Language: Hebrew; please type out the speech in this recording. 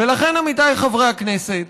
ולכן, עמיתיי חברי הכנסת,